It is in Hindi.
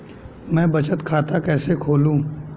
मैं बचत खाता कैसे खोलूं?